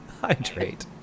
Hydrate